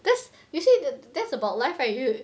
that's usually the that's about life right you